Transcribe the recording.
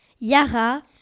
Yara